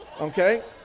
okay